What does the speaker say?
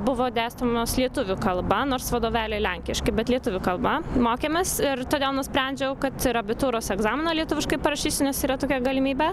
buvo dėstomos lietuvių kalba nors vadovėliai lenkiški bet lietuvių kalba mokėmės ir todėl nusprendžiau kad ir abitūros egzaminą lietuviškai parašysiu nes yra tokia galimybė